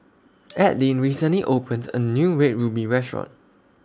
Adline recently opened A New Red Ruby Restaurant